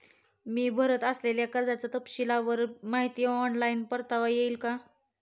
मी भरत असलेल्या कर्जाची तपशीलवार माहिती ऑनलाइन पाठवता येईल का?